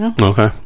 okay